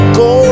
go